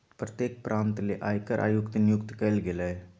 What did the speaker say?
प्रत्येक प्रांत ले आयकर आयुक्त नियुक्त कइल गेलय